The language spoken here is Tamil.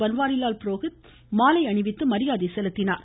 பன்வாரிலால் புரோஹித் மாலை அணிவித்து மரியாதை செலுத்தினார்